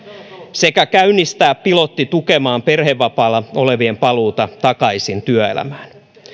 sekä käynnistää pilotti tukemaan perhevapaalla olevien paluuta takaisin työelämään